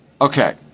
Okay